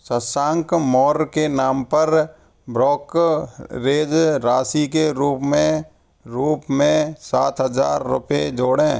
शशांक मौर्य के नाम पर ब्रोकरेज राशि के रूप में रूप में सात हज़ार रूपए जोड़ें